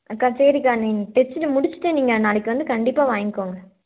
அக்கா சரிக்கா நீங்கள் தைச்சிட்டு முடிச்சிட்டு நீங்கள் நாளைக்கு வந்து கண்டிப்பாக வாங்கிக்கோங்க